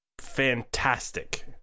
fantastic